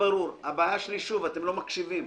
הבעיה שלי, שוב, אתם לא מקשיבים.